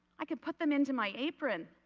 i could put them in to my apron.